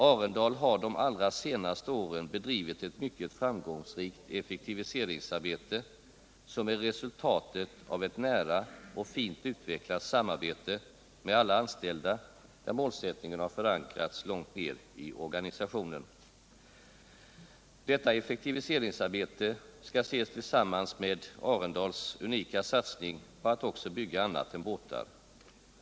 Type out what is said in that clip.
Arendal har de allra senaste åren bedrivit ett mycket framgångsrikt effektiviseringsarbete, som är resultatet av eu nära och fint utvecklat samarbete med alla anställda, där målsättningen har förankrats långt ner i organisationen. Detta effektiviseringsarbete skall ses tillsammans med Arendals unika satsning på att också bygga annat än båtar.